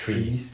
trees